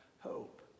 hope